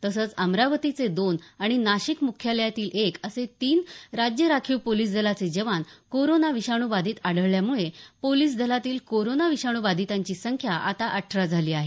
तसंच अमरावतीचे दोन आणि नाशिक मुख्यालयातील एक असे तीन राज्य राखीव दलाचे जवान कोरोना विषाणू बधित आढळल्यामुळे पोलीस दलातील कोरोना विषाणू बाणितांची संख्या आता अठरा झाली आहे